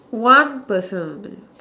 one person only